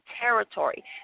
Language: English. territory